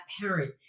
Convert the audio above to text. parent